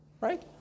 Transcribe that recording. right